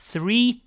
Three